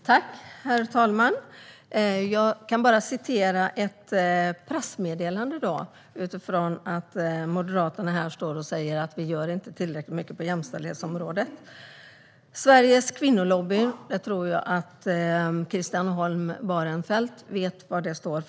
Herr talman! Moderaterna står här och säger att vi inte gör tillräckligt mycket på jämställdhetsområdet, och då vill jag hänvisa till ett pressmeddelande från Sveriges kvinnolobby. Jag tror att Christian Holm Barenfeld vet vad det är.